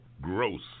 Gross